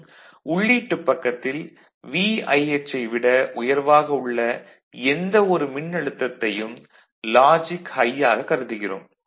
மற்றும் உள்ளீட்டுப் பக்கத்தில் VIH ஐ விட உயர்வாக உள்ள எந்த ஒரு மின்னழுத்தத்தையும் லாஜிக் ஹை ஆக கருதுகிறோம்